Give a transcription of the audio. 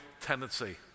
tendency